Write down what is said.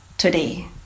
Today